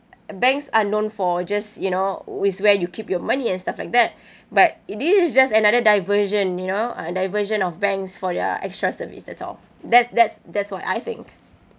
banks are known for just you know it's where you keep your money and stuff like that but this is just another diversion you know uh diversion of banks for their extra service that's all that's that's that's what I think